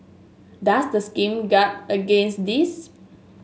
does the scheme guard against this